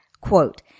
Quote